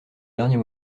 dernier